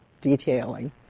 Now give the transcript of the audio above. detailing